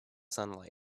sunlight